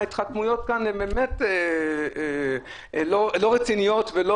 ההתחכמויות כאן הן באמת לא רציניות ולא